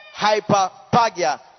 hyperpagia